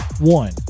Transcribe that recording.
one